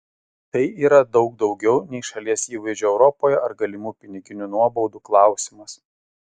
tai yra daug daugiau nei šalies įvaizdžio europoje ar galimų piniginių nuobaudų klausimas